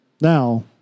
Now